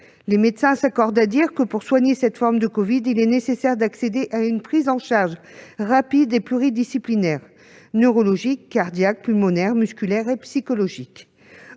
Les médecins s'accordent à dire que, pour soigner cette forme de covid-19, il est nécessaire d'accéder à une prise en charge rapide et pluridisciplinaire : neurologique, cardiaque, pulmonaire, musculaire et psychologique.